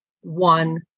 one